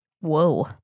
Whoa